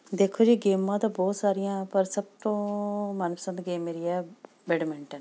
ਦੇਖੋ ਜੀ ਗੇਮਾਂ ਤਾਂ ਬਹੁਤ ਸਾਰੀਆਂ ਪਰ ਸਭ ਤੋਂ ਮਨਪਸੰਦ ਗੇਮ ਮੇਰੀ ਹੈ ਬੈਡਮਿੰਟਨ